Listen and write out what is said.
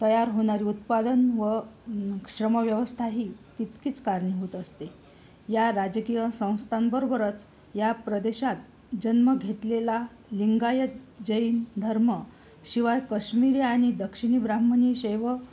तयार होणारे उत्पादन व श्रमव्यवस्थाही तितकीच कारणीभूत असते या राजकीय संस्थांबरोबरच या प्रदेशात जन्म घेतलेला लिंगायत जैन धर्म शिवाय कश्मीरी आणि दक्षिणी ब्राह्मणी शैव